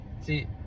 See